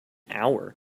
hour